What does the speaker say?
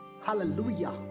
Hallelujah